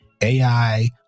AI